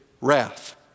wrath